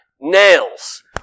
nails